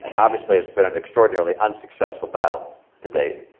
obviously it's been an extraordinarily unsuccessful battle to date.